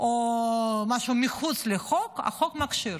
או משהו מחוץ לחוק, החוק מכשיר.